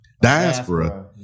diaspora